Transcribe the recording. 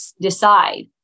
decide